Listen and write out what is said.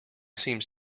seems